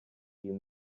you